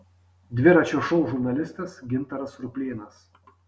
dviračio šou žurnalistas gintaras ruplėnas